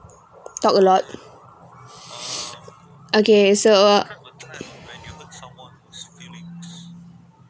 talk a lot okay so